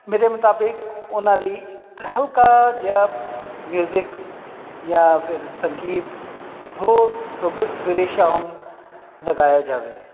ਮੇਰੇ ਮੁਤਾਬਿਕ ਉਹਨਾਂ ਲਈ ਹਲਕਾ ਜਿਹਾ ਮਿਊਜਿਕ ਜਾਂ ਫਿਰ ਸੰਗੀਤ ਰੋਜ਼ ਸਵੇਰੇ ਸ਼ਾਮ ਲਗਾਇਆ ਜਾਵੇ